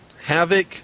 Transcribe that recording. Havoc